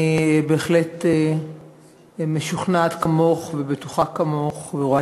אני בהחלט משוכנעת כמוך ובטוחה כמוך ורואה